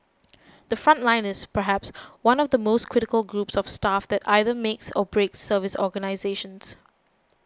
the front line is perhaps one of the most critical groups of staff that either makes or breaks service organisations